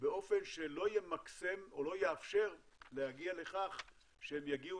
באופן שלא ימקסם או לא יאפשר להגיע לכך שהם יגיעו